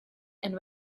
and